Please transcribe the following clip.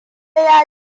ya